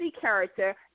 character